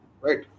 Right